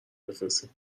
بفرستین